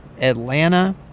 Atlanta